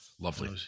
Lovely